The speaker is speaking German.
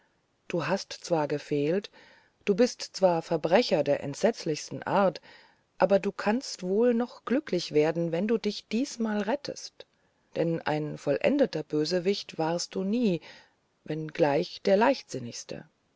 du hast zwar gefehlt du bist zwar verbrecher der entsetzlichsten art aber du kannst wohl noch glücklich werden wenn du dich diesmal rettest denn ein vollendeter bösewicht warst du nie wenn gleich der leichtsinnigste